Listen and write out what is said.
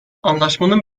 anlaşmanın